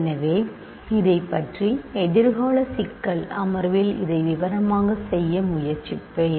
எனவே இதைப் பற்றி எதிர்கால சிக்கல் அமர்வில் இதை விவரமாக செய்ய முயற்சிப்பேன்